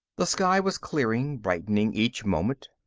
the sky was clearing, brightening each moment.